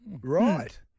Right